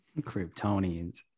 kryptonians